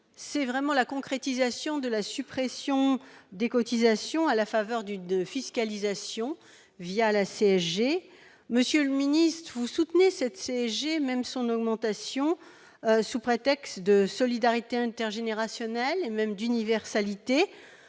C'est vraiment la concrétisation de la suppression des cotisations, à la faveur d'une fiscalisation la CSG. Monsieur le ministre, vous soutenez cette CSG, son augmentation même, sous prétexte de solidarité intergénérationnelle, voire d'universalité.